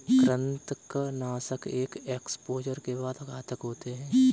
कृंतकनाशक एक एक्सपोजर के बाद घातक होते हैं